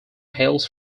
hails